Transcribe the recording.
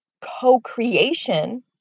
co-creation